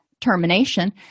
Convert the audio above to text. termination